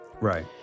Right